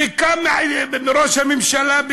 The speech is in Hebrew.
וקם ראש הממשלה,